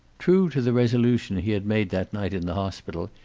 true to the resolution he had made that night in the hospital,